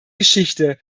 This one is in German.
geschichte